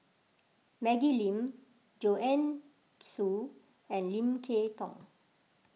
Maggie Lim Joanne Soo and Lim Kay Tong